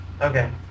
Okay